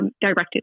directed